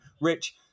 Rich